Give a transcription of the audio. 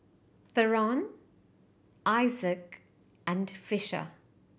Theron Isaak and Fisher